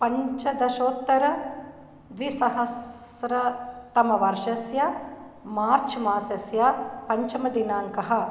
पञ्चदशोत्तर द्विसहस्रतमवर्षस्य मार्च् मासस्य पञ्चमदिनाङ्कः